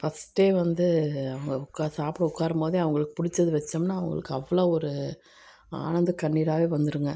ஃபஸ்டே வந்து அவங்க உட்கார்ந்து சாப்பிட உட்காரும்போதே அவர்களுக்கு பிடிச்சது வச்சோம்னா அவங்களுக்கு அவ்வளோ ஒரு ஆனந்தக்கண்ணீராகவே வந்திருங்க